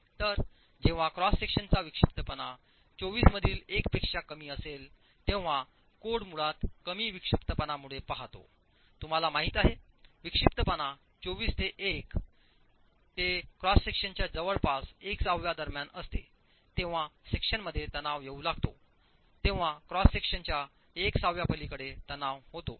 तर जेव्हा क्रॉस सेक्शनचा विक्षिप्तपणा 24 मधील 1 पेक्षा कमी असेल तेव्हा कोड मुळात कमी विक्षिप्तपणाकडे पहातोतुम्हाला माहित आहे विक्षिप्तपणा 24 ते 1 ते क्रॉस सेक्शनच्या जवळपास एक सहाव्या दरम्यान असते तेव्हा सेक्शन मध्ये तणाव येऊ लागतो तेव्हा क्रॉस सेक्शनच्या एक सहाव्या पलीकडे तणाव होतो